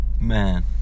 Man